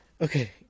Okay